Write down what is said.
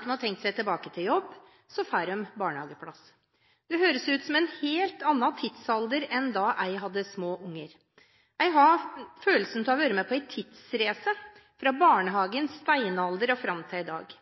de har tenkt seg tilbake til jobb, får de barnehageplass. Det høres ut som en helt annen tidsalder enn da jeg hadde små barn. Jeg har følelsen av å ha vært med på en tidsreise – fra barnehagens steinalder og fram til i dag.